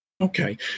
Okay